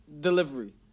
delivery